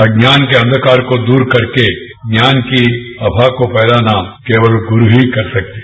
अज्ञान के अंधकार को दूर करके ज्ञान की आमा को फैलाना केवल गुरू ही कर सकते हैं